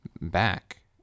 back